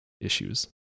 issues